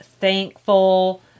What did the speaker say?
thankful